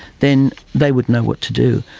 then they would know what to do,